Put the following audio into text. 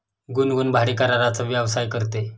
गुनगुन भाडेकराराचा व्यवसाय करते